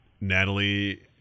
Natalie